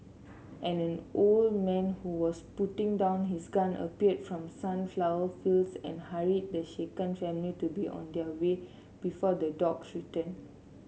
an old man who was putting down his gun appeared from sunflower fields and hurried the shaken family to be on their way before the dogs return